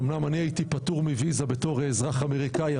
אומנם הייתי פטור מוויזה בתור אזרח אמריקני,